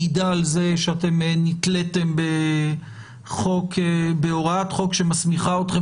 מעידה על זה שאתם נתליתם הוראת חוק שמסמיכה אותכם